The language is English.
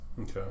Okay